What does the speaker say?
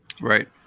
Right